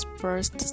first